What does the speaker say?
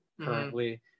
currently